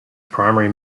primary